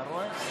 אתה רואה.